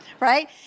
Right